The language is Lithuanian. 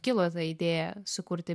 kilo ta idėja sukurti